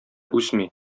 үсми